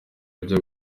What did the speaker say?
ujya